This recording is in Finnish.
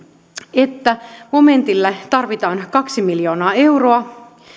että momentille tarvitaan kaksi miljoonaa euroa